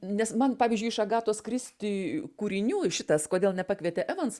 nes man pavyzdžiui iš agatos kristi kūrinių ir šitas kodėl nepakvietė evans